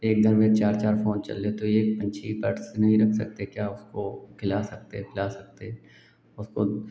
एक घर में चार चार फ़ोन चल रहे तो यह पक्षी पेट्स नहीं रख सकते क्या उसको खिला सकते हैं पिला सकते हैं उसको